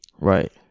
right